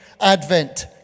Advent